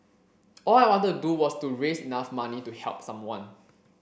all I wanted to do was to raise enough money to help someone